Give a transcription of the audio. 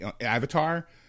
avatar